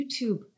YouTube